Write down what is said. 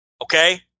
okay